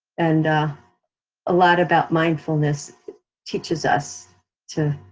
and a lot about mindfulness teaches us to